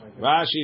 Rashi